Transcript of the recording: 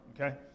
okay